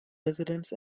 residents